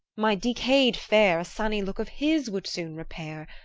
my decayed fair a sunny look of his would soon repair.